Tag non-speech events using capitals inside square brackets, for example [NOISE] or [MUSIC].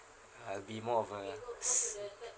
I'll be more of uh [NOISE]